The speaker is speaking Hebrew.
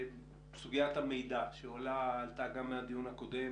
סוגיית המידע, שעלתה גם מהדיון הקודם